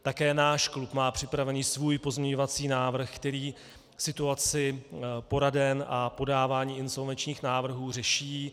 Také náš klub má připravený svůj pozměňovací návrh, který situaci poraden a podávání insolvenčních návrhů řeší.